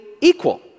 equal